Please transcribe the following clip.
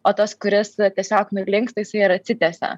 o tas kuris tiesiog nulinksta jisai ir atsitiesia